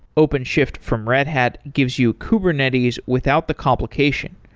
openshift from red hat gives you kubernetes without the complication.